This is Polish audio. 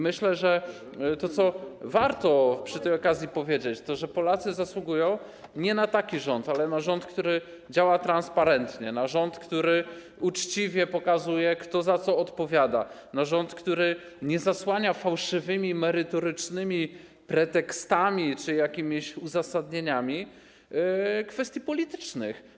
Myślę, że warto przy tej okazji powiedzieć, że Polacy zasługują nie na taki rząd, ale na rząd, który działa transparentnie, na rząd, który uczciwie pokazuje, kto za co odpowiada, na rząd, który nie zasłania fałszywymi merytorycznymi pretekstami czy jakimiś uzasadnieniami kwestii politycznych.